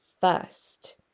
first